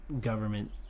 government